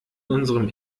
unserem